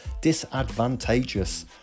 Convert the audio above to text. disadvantageous